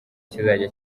kizajya